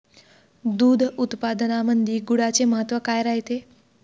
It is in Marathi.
दूध उत्पादनामंदी गुळाचे महत्व काय रायते?